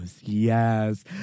Yes